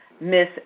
Miss